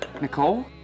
Nicole